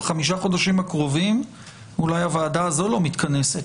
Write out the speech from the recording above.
בחמישה חודשים הקרובים אולי הוועדה הזו לא מתכנסת.